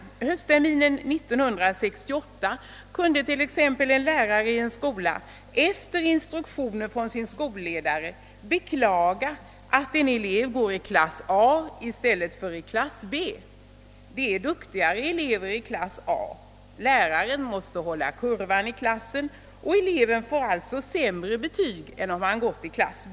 Ännu höstterminen 1968 kunde t.ex. läraren i en skola efter instruktioner från sin skolledare beklaga att en elev går i klass A i stället för i klass B. Det är nämligen duktigare elever i klass A, och läraren måste hålla klassens kurva, varför eleven får sämre betyg än om han hade gått i klass B.